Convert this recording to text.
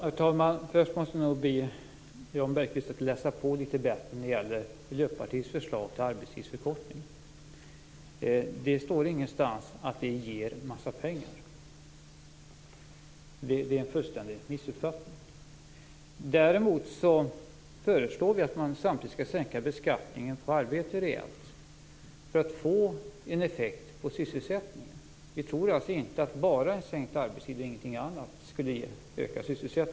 Herr talman! Först måste jag nog be Jan Bergqvist att läsa på bättre när det gäller Miljöpartiets förslag till arbetstidsförkortning. Det står ingenstans att det ger en massa pengar. Det är en fullständig missuppfattning. Däremot föreslår vi att man samtidigt skall sänka skatten på arbete rejält för att få en effekt på sysselsättningen. Vi tror alltså inte att enbart en arbetstidsförkortning skulle ge en ökad sysselsättning.